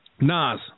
Nas